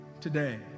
today